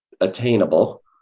attainable